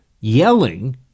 yelling